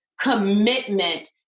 commitment